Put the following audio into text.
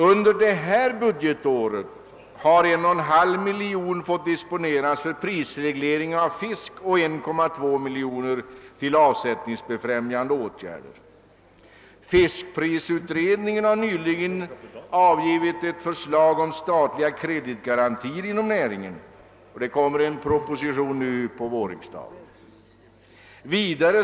Under innevarande budgetår har 1,5 miljoner kronor fått disponeras för prisreglering av fisk och 1,2 miljoner kronor för avsättningsbefrämjande åtgärder. Fiskprisutredningen har nyligen avgivit förslag om statliga kreditgarantier för lån till investeringar inom näringen — en proposition härom kommer att läggas fram under vårriksdagen.